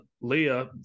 Leah